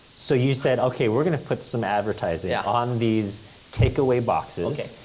so, you said, okay, we're gonna put some advertising yeah on these take-away boxes,